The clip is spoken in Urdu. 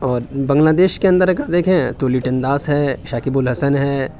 اور بنگلہ دیش کے اندر اگر دیکھیں تو لٹن داس ہے شکیب الحسن ہے